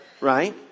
Right